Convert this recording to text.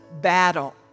battle